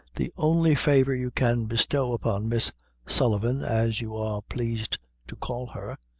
the only favor you can bestow upon miss sullivan, as you are plaised to call her,